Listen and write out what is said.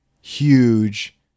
huge